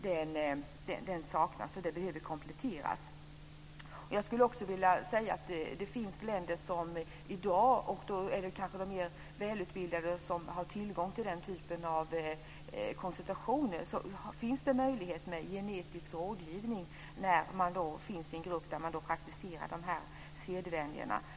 Detta behöver kompletteras. Jag skulle också vilja säga att det i en del länder i dag finns möjlighet till genetisk rådgivning om man lever i en grupp där dessa sedvänjor praktiseras. Det är kanske de mer välutbildade som har tillgång till den typen av konsultationer.